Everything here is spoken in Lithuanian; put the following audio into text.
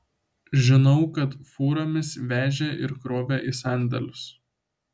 žinau kad fūromis vežė ir krovė į sandėlius